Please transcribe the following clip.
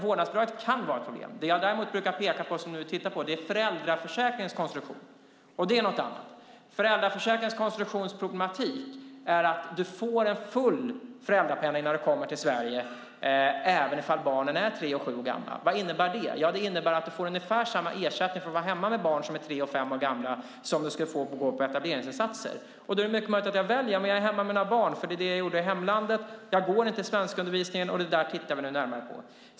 Vårdnadsbidraget kan vara ett problem, men det jag brukar peka på och som vi vill titta på är föräldraförsäkringens konstruktion. Det är något annat. Föräldraförsäkringens konstruktionsproblematik är att jag får full föräldrapenning när jag kommer till Sverige även om barnen är tre och sju år gamla. Vad innebär det? Jo, det innebär att jag får ungefär samma ersättning för att vara hemma med barn som är tre och fem år gamla som jag skulle få genom att gå på etableringsinsatser. Då är det mycket möjligt att jag väljer att vara hemma med barn, för det var det jag gjorde i hemlandet, och jag går inte i svenskundervisningen. Detta tittar vi nu närmare på.